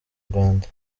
rwanda